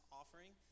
offering